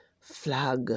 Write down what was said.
flag